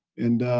and,